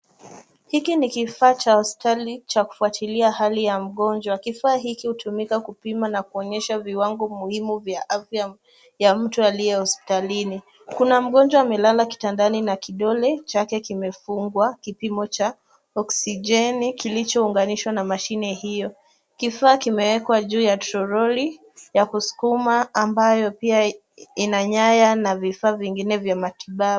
Hiki ni kifaa cha hospitali cha kufuatilia hali ya mgonjwa. Kifaa hiki hutumika kupima na kuonyesha viwango muhimu vya afya ya mtu aliye hospitalini. Kuna mgonjwa amelala kitandani na kidole chake kimefungwa kipimo cha oksijeni kilichounganishwa na mashine hiyo. KIfaa kimewekwa juu ya toroli ya kusukuma ambayo pia ina nyaya na vifaa vingine vya matibabu.